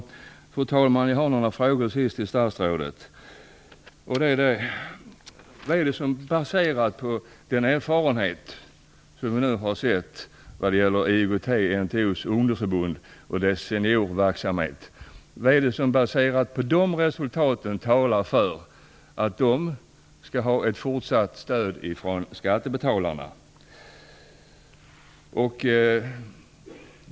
Fru talman! Jag har några frågor till statsrådet. Vad är det, baserat på den erfarenhet som vi nu har när det gäller IOGT-NTO:s ungdomsförbunds och IOGT-NTO:s seniorverksamhets resultat, som talar för fortsatt stöd från skattebetalarna?